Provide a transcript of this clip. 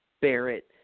Barrett